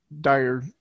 dire